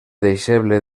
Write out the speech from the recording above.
deixeble